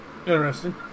Interesting